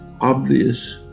obvious